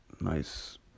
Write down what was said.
nice